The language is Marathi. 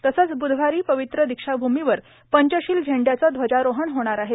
तसंच बुधवारी पवित्र दीक्षाभूमीवर पंचशिल झेंड्याचं ध्वजारोहण होणार आहे